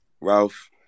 Ralph